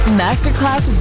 masterclass